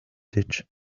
ditch